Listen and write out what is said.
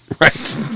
Right